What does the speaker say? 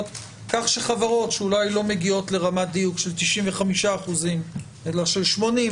כך שחברות שאולי לא מגיעות לרמת דיוק של 95% אלא של 80%,